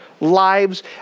lives